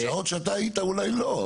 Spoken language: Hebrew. בשעות שאתה היית אולי לא.